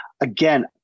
again